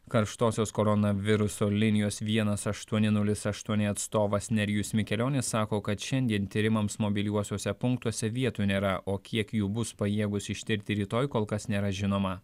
karštosios koronaviruso linijos vienas aštuoni nulis aštuoni atstovas nerijus mikelionis sako kad šiandien tyrimams mobiliuosiuose punktuose vietų nėra o kiek jų bus pajėgus ištirti rytoj kol kas nėra žinoma